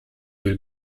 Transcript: will